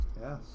Yes